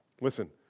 Listen